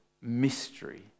mystery